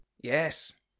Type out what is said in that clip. Yes